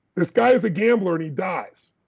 this guy is a gambler and he dies,